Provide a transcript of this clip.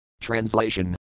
Translation